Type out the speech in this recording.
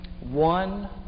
one